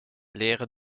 leren